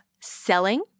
Selling